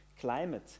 climate